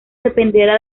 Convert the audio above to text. dependerá